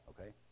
okay